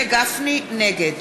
נגד